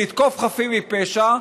לתקוף חפים מפשע,